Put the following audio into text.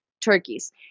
turkeys